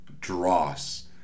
dross